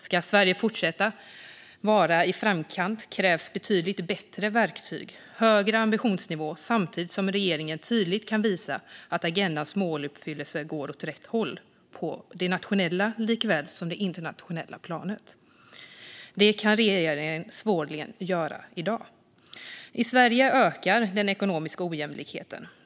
Ska Sverige fortsätta vara i framkant krävs betydligt bättre verktyg och en högre ambitionsnivå samtidigt som regeringen tydligt kan visa att agendans måluppfyllelse går åt rätt håll på det nationella såväl som det internationella planet. Det kan regeringen svårligen göra i dag. I Sverige ökar den ekonomiska ojämlikheten.